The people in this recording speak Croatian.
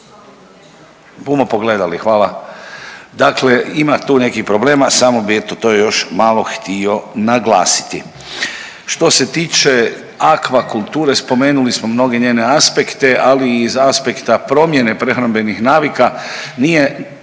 bumo pogledali hvala. Dakle ima tu nekih problema samo bi eto to još malo htio naglasiti. Što se tiče akvakulture spomenuli smo mnoge njene aspekte, ali iz aspekta promjene prehrambenih navika, nije